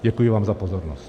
Děkuji vám za pozornost.